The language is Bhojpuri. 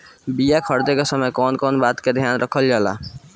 बीया खरीदे के समय कौन कौन बात के ध्यान रखल जाला?